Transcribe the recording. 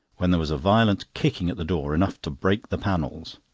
when there was a violent kicking at the door, enough to break the panels.